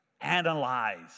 analyze